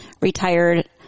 retired